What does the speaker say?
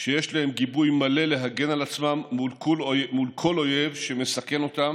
שיש להם גיבוי מלא להגן על עצמם מול כל אויב שמסכן אותם,